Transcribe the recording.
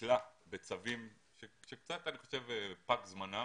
נתלה בצווים שאני חושב שקצת פג זמנם